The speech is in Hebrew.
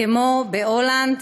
כמו בהולנד,